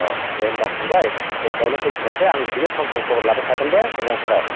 अह दे होमबा फंबाय एसेयावनो फोजोबथ'नोसै आं बिदिनो सम सम खबर लाबाय थागोन दे मोजां फराय